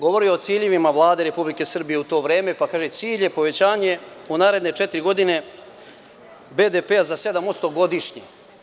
Govori o ciljevima Vlade Republike Srbije u to vreme, pa kaže – cilj je povećanje u naredne četiri godine BDP-a za 7% godišnje.